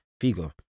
Figo